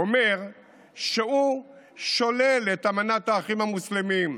אומר שהוא שולל את אמנת האחים המוסלמים,